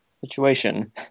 situation